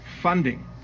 funding